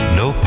no